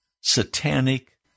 satanic